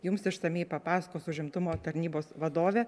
jums išsamiai papasakos užimtumo tarnybos vadovė